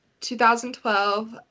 2012